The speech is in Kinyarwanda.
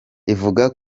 ivuga